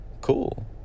cool